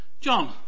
John